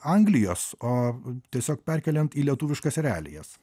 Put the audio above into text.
anglijos o tiesiog perkeliat į lietuviškas realijas